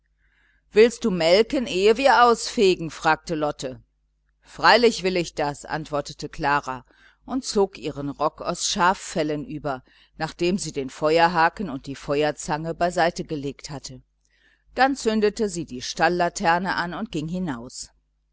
willst du melken ehe wir ausfegen fragte lotte freilich will ich das antwortete klara und zog ihren rock aus schaffellen über nachdem sie den feuerhaken und die feuerzange beiseite gelegt hatte dann zündete sie die stallaterne an und ging hinaus